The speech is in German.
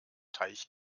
teich